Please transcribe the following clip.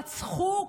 רצחו,